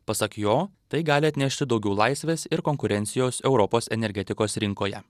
pasak jo tai gali atnešti daugiau laisvės ir konkurencijos europos energetikos rinkoje